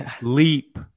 Leap